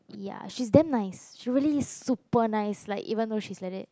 ya she's damn nice she really super nice like even though she's like that